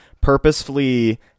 purposefully